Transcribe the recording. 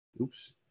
oops